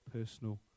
personal